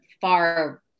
far